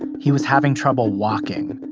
he was having trouble walking.